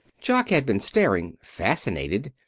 jock had been staring, fascinated,